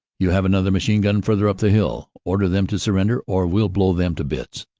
you have another machine-gun further up the hill order them to surrender or we'll blow them to bits.